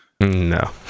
No